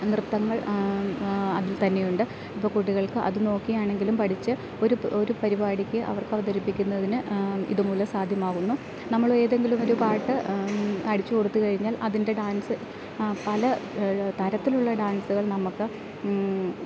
നൃത്തങ്ങൾ അതിൽ തന്നെയുണ്ട് ഇപ്പം കുട്ടികൾക്ക് അത് നോക്കി ആണെങ്കിലും പഠിച്ച് ഒരു ഒരു പരിപാടിക്ക് അവർക്ക് അവതരിപ്പിക്കുന്നതിന് ഇതുമൂലം സാധ്യമാകുന്നു നമ്മൾ ഏതെങ്കിലും ഒരു പാട്ട് അടിച്ച് കൊടുത്ത് കഴിഞ്ഞാൽ അതിൻ്റെ ഡാൻസ് പല തരത്തിലുള്ള ഡാൻസുകൾ നമുക്ക്